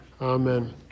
Amen